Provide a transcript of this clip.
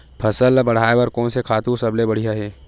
फसल ला बढ़ाए बर कोन से खातु सबले बढ़िया हे?